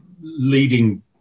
leading